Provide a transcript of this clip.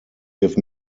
give